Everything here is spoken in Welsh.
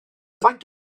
faint